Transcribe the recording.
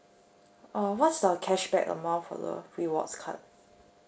uh what's the cashback amount for the rewards card